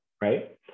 right